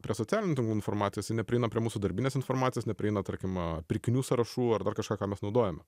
prie socialinių tinklų informacijos ji neprieina prie mūsų darbinės informacijos neprieina tarkim pirkinių sąrašų ar dar kažką ką mes naudojame